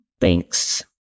Thanks